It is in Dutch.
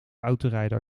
autorijden